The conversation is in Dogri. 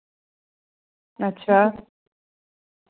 अच्छा